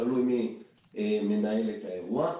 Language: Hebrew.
תלוי מי מנהל את האירוע.